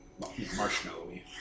marshmallowy